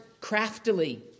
craftily